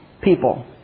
people